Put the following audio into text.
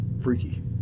freaky